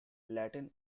latin